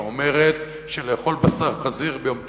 האומרת שלאכול בשר חזיר ביום כיפור,